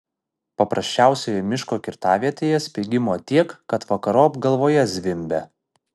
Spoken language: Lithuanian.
paprasčiausioje miško kirtavietėje spiegimo tiek kad vakarop galvoje zvimbia